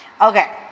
Okay